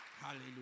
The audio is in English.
hallelujah